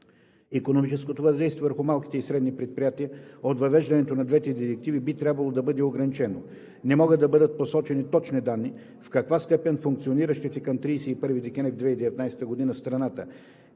Икономическото въздействие върху малките и средните предприятия от въвеждането на двете директиви би трябвало да бъде ограничено. Не могат да бъдат посочени точни данни в каква степен функциониращите към 31 декември 2019 г. в страната